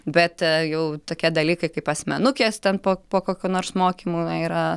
bet jau tokie dalykai kaip asmenukės ten po po kokių nors mokymų yra